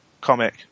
comic